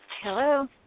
Hello